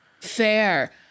Fair